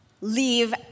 leave